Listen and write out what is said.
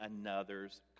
another's